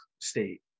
state